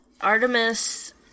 Artemis